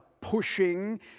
pushing